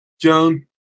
Joan